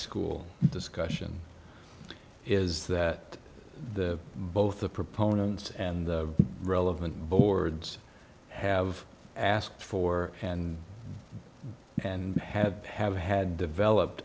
school discussion is that the both the proponents and the relevant boards have asked for and and have have had developed